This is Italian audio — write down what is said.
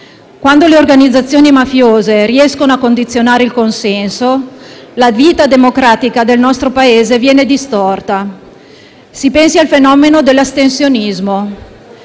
Quando le organizzazioni mafiose riescono a condizionare il consenso, la vita democratica del nostro Paese viene distorta. Si pensi al fenomeno dell'astensionismo: